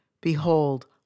Behold